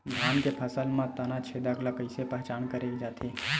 धान के फसल म तना छेदक ल कइसे पहचान करे जाथे?